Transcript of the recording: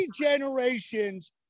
generations